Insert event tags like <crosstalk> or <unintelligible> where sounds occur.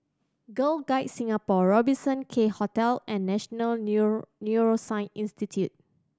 Girl Guides Singapore Robertson Quay Hotel and National <unintelligible> Neuroscience Institute